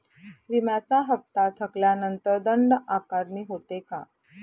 विम्याचा हफ्ता थकल्यानंतर दंड आकारणी होते का?